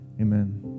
Amen